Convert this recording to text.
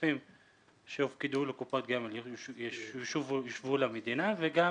הכספים שהופקדו לקופות גמל יושבו למדינה, וגם